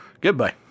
Goodbye